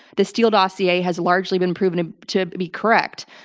the steele dossier has largely been proven ah to be correct.